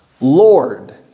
Lord